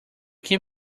can